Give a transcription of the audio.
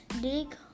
dig